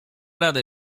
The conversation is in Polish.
radę